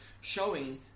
showing